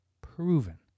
proven